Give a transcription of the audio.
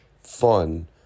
fun